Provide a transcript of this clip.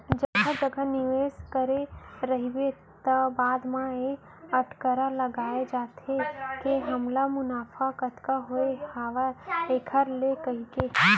जघा जघा निवेस करे रहिबे त बाद म ए अटकरा लगाय जाथे के हमला मुनाफा कतका होवत हावय ऐखर ले कहिके